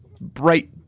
bright